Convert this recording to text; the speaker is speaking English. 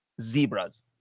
zebras